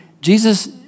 Jesus